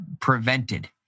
prevented